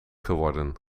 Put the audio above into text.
geworden